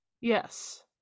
Yes